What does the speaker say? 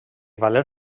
valer